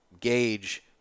gauge